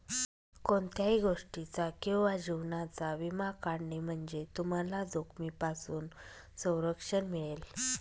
कोणत्याही गोष्टीचा किंवा जीवनाचा विमा काढणे म्हणजे तुम्हाला जोखमीपासून संरक्षण मिळेल